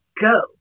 go